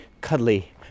cuddly